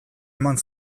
eman